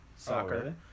Soccer